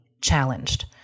challenged